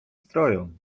strojom